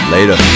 Later